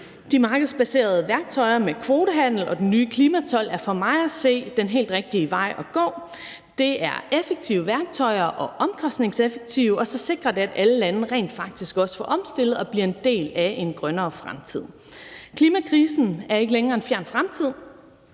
De markedsbaserede værktøjer med kvotehandel og den nye klimatold er for mig at se den helt rigtige vej at gå. Det er effektive værktøjer, som er omkostningseffektive, og så sikrer de, at alle lande faktisk også får omstillet sig og bliver en del af en grønnere fremtid. Klimakrisen er ikke længere en fjern fremtid.